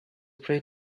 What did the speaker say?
pray